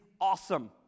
awesome